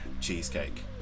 cheesecake